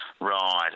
Right